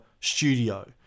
studio